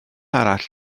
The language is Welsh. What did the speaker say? arall